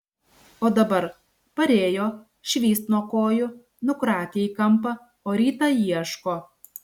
o dabar parėjo švyst nuo kojų nukratė į kampą o rytą ieško